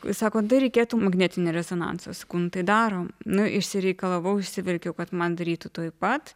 sako dar reikėtų magnetinio rezonanso sakau nu tai darom nu išsireikalavau išsiverkiau kad man darytų tuoj pat